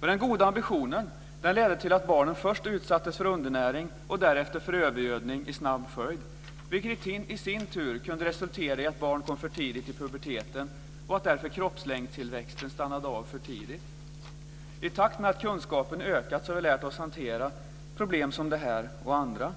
Den goda ambitionen ledde till att barnen först utsattes för undernäring och därefter för övergödning i snabb följd. Detta kunde i sin tur resultera i att barn kom för tidigt i puberteten och att kroppslängdtillväxten därför stannade av för tidigt. I takt med att kunskapen ökat har vi lärt oss att hantera problem som detta och andra.